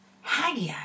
Haggai